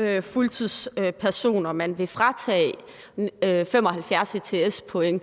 8.000 fuldtidsansatte, man vil fratage 75 ECTS-point